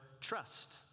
trust